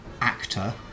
actor